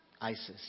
ISIS